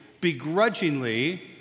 begrudgingly